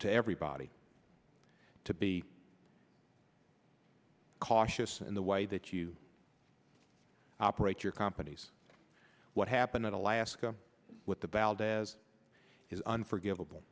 to everybody to be cautious in the way that you operate your companies what happened in alaska with the valdez is unforgivable